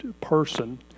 person